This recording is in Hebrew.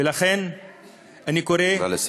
ולכן אני קורא, נא לסיים.